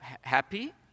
happy